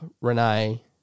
Renee